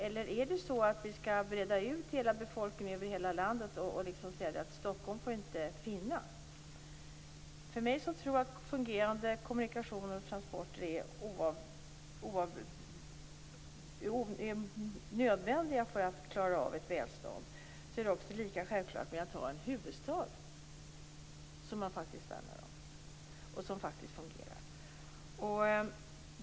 Eller skall vi breda ut befolkningen över hela landet och säga att Stockholm inte får finnas? För mig som tror att fungerande kommunikationer och transporter är nödvändiga för att man skall klara välfärden är det lika självklart att det finns en huvudstad som man värnar om och som fungerar.